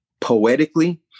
poetically